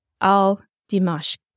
al-Dimash